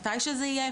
מתי שזה יהיה,